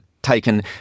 taken